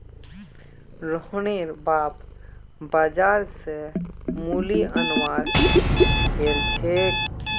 रोहनेर बाप बाजार स मूली अनवार गेल छेक